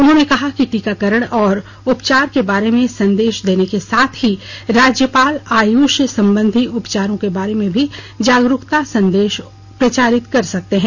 उन्होंने कहा कि टीकाकरण और उपचार के बारे में संदेश देने के साथ ही राज्यपाल आयुष संबंधी उपचारों के बारे में भी जागरूकता संदेश प्रचारित कर सकते हैं